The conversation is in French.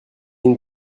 une